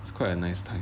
it's quite a nice time